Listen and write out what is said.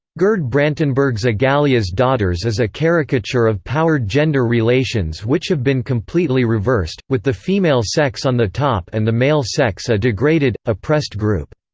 gerd brantenberg's egalia's daughters is a caricature of powered gender relations which have been completely reversed, with the female sex on the top and the male sex a degraded, oppressed group